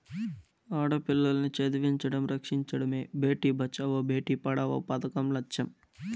ఆడపిల్లల్ని చదివించడం, రక్షించడమే భేటీ బచావో బేటీ పడావో పదకం లచ్చెం